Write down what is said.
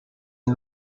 aho